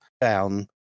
down